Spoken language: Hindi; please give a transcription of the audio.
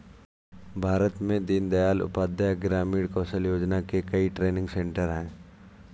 भारत में दीन दयाल उपाध्याय ग्रामीण कौशल योजना के कई ट्रेनिंग सेन्टर है